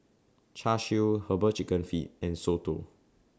Char Siu Herbal Chicken Feet and Soto